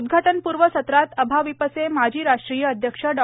उद्घाटनपूर्व सत्रात अभाविपचे माजी राष्ट्रीय अध्यक्ष डॉ